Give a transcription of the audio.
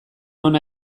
ona